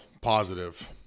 positive